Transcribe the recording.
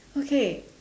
okay